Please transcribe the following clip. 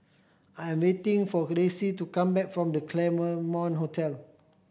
I'm waiting for Ressie to come back from The Claremont Hotel